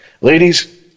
Ladies